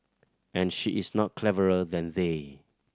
and she is not cleverer than they